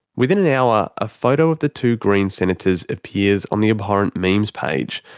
within an hour, a photo of the two greens senators appears on the abhorrent memes page.